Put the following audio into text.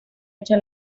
echa